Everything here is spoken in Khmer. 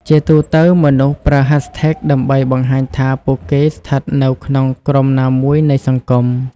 ជាទូទៅ មនុស្សប្រើ hashtags ដើម្បីបង្ហាញថាពួកគេស្ថិតនៅក្នុងក្រុមមួយណានៃសង្គម។